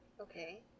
Okay